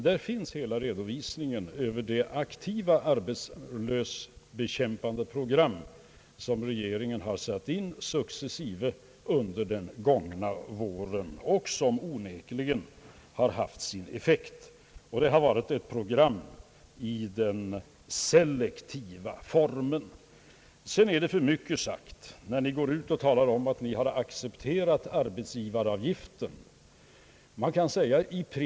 Där finns hela redovisningen över det aktiva arbetslöshetsbekämpande program, som regeringen successivt har satt in under den gångna våren och som onekligen har haft en effekt. Det har varit ett program i den selektiva formen. Sedan är det för mycket sagt när ni går ut och talar om att ni har accepterat arbetsgivaravgiften.